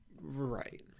Right